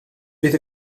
bydd